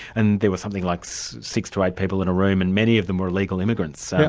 and there was something like so six to eight people in a room, and many of them were illegal immigrants. so